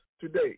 today